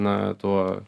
na tuo